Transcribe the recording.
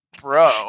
bro